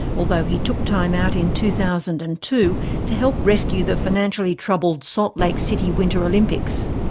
although he took time out in two thousand and two to help rescue the financially troubled salt lake city winter olympics.